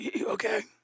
okay